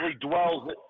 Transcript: dwells